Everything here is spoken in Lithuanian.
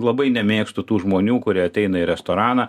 labai nemėgstu tų žmonių kurie ateina į restoraną